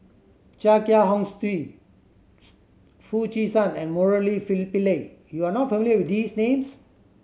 Chia Kiah Hong Steve Foo Chee San and Murali Pillai you are not familiar with these names